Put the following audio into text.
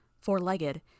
four-legged